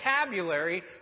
vocabulary